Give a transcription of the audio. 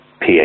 PA